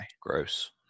gross